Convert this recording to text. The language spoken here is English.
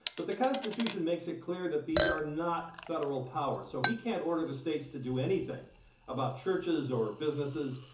but the constitution makes it clear that these are not federal powers. so he can't order the states to do anything about churches or businesses.